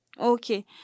Okay